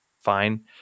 fine